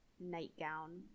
nightgown